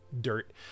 dirt